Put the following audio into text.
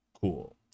Cool